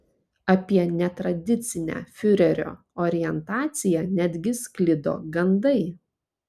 apie netradicinę fiurerio orientaciją netgi sklido gandai